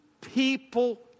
people